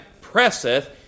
presseth